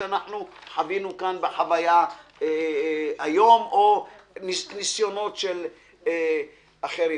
שחווינו כאן בחוויה היום או מניסיונות של אחרים.